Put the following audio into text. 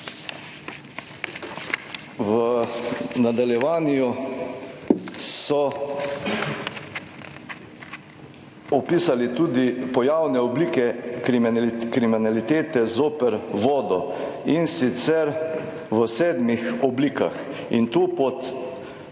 V nadaljevanju so opisali tudi pojavne oblike kriminalitete zoper vodo, in sicer v sedmih oblikah in tu pod